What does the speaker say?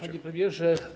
Panie Premierze!